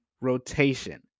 rotation